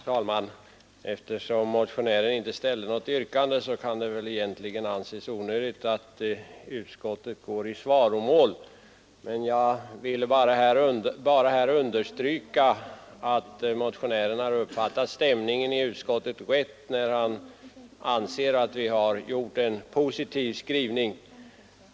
Herr talman! Eftersom motionären inte ställde något yrkande kan det väl egentligen anses onödigt att utskottet går i svaromål. Jag vill emellertid bara här understryka att motionären har uppfattat stämningen i utskottet rätt när han anser att vi har gjort en positiv skrivning.